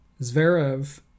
Zverev